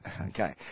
Okay